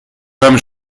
pam